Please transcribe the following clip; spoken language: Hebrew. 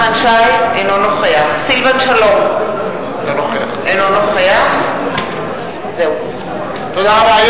אינו נוכח סילבן שלום, אינו נוכח תודה רבה.